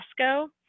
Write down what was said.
Costco